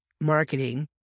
marketing